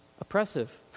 oppressive